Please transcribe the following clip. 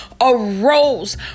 arose